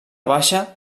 baixa